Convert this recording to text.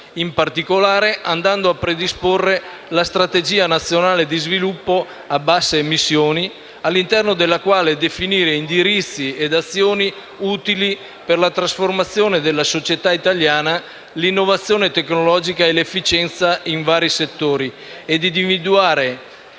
in particolare andando a predisporre la Strategia nazionale di sviluppo a basse emissioni, all'interno della quale definire indirizzi e azioni utili per la trasformazione della società italiana, l'innovazione tecnologica e l'efficienza in vari settori, individuando,